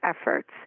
efforts